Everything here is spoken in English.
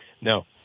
No